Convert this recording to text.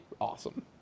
awesome